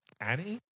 Annie